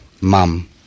mum